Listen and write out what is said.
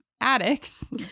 addicts